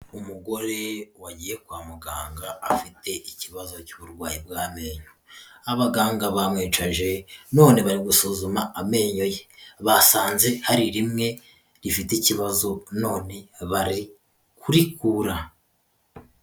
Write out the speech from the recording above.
Umugore wagiye kwa muganga afite ikibazo cy'uburwayi bw'amenyo, abaganga bamwicaje none bari gusuzuma amenyo ye, basanze hari rimwe rifite ikibazo none bari kurikura.